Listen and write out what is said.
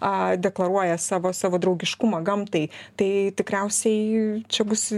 a deklaruoja savo savo draugiškumą gamtai tai tikriausiai čia bus